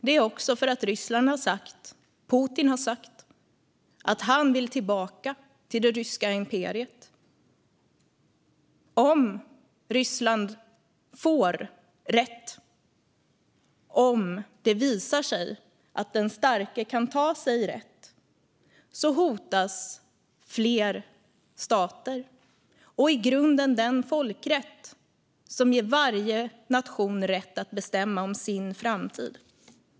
Det är också för det Ryssland och Putin har sagt. Han vill tillbaka till det ryska imperiet. Om det visar sig att Ryssland får rätt, att den starke kan ta sig rätt, hotas fler stater och i grunden den folkrätt som ger varje nation rätt att bestämma om sin framtid.